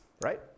Right